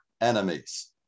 enemies